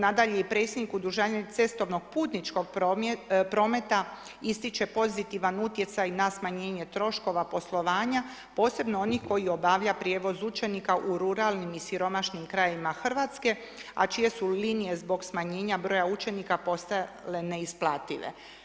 Nadalje i predsjednik Udruženja cestovnog putničkog prometa ističe pozitivan utjecaj na smanjenje troškova poslovanja posebno onih koji obavlja prijevoz učenika u ruralnim i siromašnim krajevima Hrvatske a čije su linije zbog smanjenja broja učenika postale neisplative.